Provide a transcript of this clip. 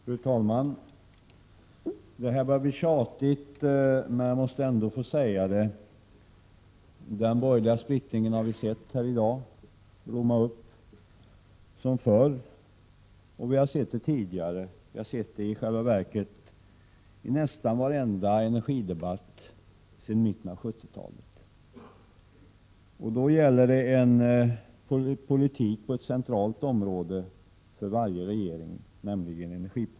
Fru talman! Det börjar bli tjatigt, men jag måste ändå säga att vi här i dag har sett den borgerliga splittringen blomma upp som förr — vi har alltså sett det tidigare. Vi har i själva verket sett det i nästan varenda energidebatt sedan mitten av 70-talet. Det är då fråga om politiken på ett centralt område för varje regering, nämligen energipolitiken.